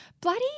Bloody